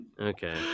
okay